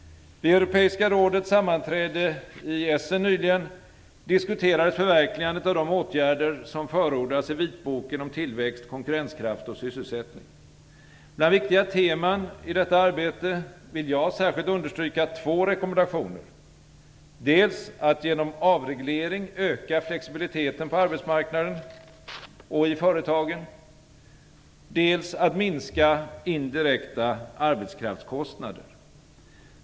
Vid Europeiska rådets sammanträde i Essen nyligen diskuterades förverkligandet av de åtgärder som förordas i vitboken om tillväxt, konkurrenskraft och sysselsättning. Bland viktiga teman i detta arbete vill jag särskilt understryka två rekommendationer: dels att genom avreglering öka flexibiliteten på arbetsmarknaden och i företagen, dels att minska indirekta arbetskraftskostnader.